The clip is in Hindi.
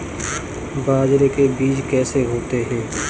बाजरे के बीज कैसे होते हैं?